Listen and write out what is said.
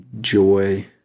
joy